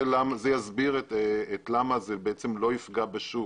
זה יסביר למה זה לא יפגע בשוק,